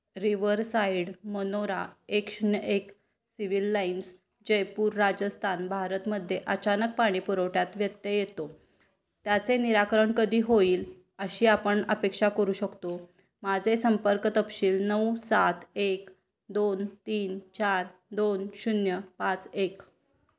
river side Manora एक शून्य एक सिव्हिल लाईन्स जयपूर राजस्तान भारतमध्येे अचानक पाणी पुरवठ्यात व्यत्यय येतो त्याचे निराकरण कधी होईल अशी आपण अपेक्षा करू शकतो माझे संपर्क तपशील नऊ सात एक दोन तीन चार दोन शून्य पाच एक